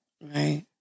right